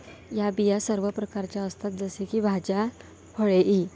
या बिया सर्व प्रकारच्या असतात जसे की भाज्या, फळे इ